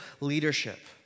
leadership